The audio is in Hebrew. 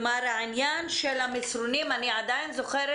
העניין של המסרונים אני עדיין זוכרת